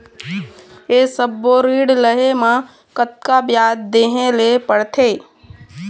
ये सब्बो ऋण लहे मा कतका ब्याज देहें ले पड़ते?